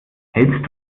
hältst